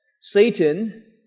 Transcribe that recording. Satan